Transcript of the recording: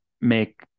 make